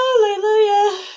Hallelujah